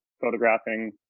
photographing